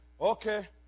okay